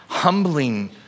humbling